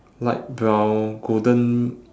light brown golden